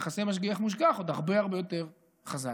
יחסי משגיח מושגח עוד הרבה הרבה יותר חזק.